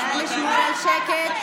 נא לשמור על שקט.